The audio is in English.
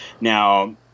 Now